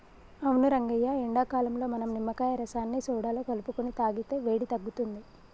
అవును రంగయ్య ఎండాకాలంలో మనం నిమ్మకాయ రసాన్ని సోడాలో కలుపుకొని తాగితే వేడి తగ్గుతుంది